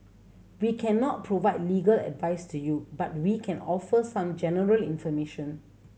we cannot provide legal advice to you but we can offer some general information